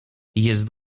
jest